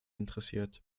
interessiert